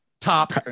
top